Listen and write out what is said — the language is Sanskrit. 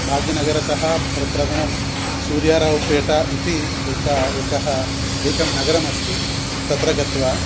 भाग्यनगरतः प्रथमं सूर्याराव्पेटा इति एकः एकः एकं नगरमस्ति तत्र गत्वा